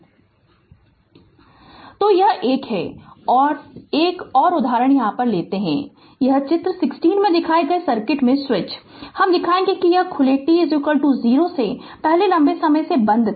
Refer Slide Time 2057 तो यह 1 है तो एक और एक और उदाहरण यह है कि चित्र 16 में दिखाए गए सर्किट में स्विच हम दिखाएगे कि यह खुले t 0 से पहले लंबे समय से बंद है